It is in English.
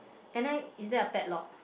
and then is there a padlock